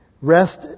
Rest